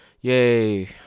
yay